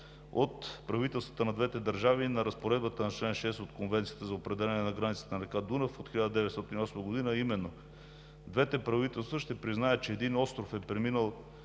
от правителствата на двете държави на разпоредбата на чл. 6 от Конвенцията от 1908 г. за определяне на границата на река Дунав, а именно: двете правителства ще признаят, че един остров е преминал